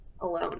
alone